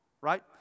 right